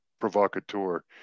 provocateur